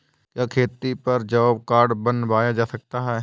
क्या खेती पर जॉब कार्ड बनवाया जा सकता है?